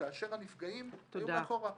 כאשר הנפגעים היו מאחורה?